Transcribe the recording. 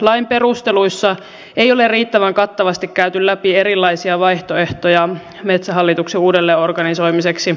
lain perusteluissa ei ole riittävän kattavasti käyty läpi erilaisia vaihtoehtoja metsähallituksen uudelleenorganisoimiseksi